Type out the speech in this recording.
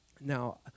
Now